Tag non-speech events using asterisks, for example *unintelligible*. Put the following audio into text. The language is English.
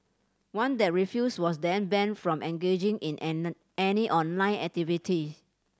one that refused was then banned from engaging in *unintelligible* any online activity